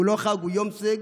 הוא לא חג, הוא יום סגד,